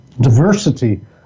diversity